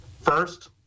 first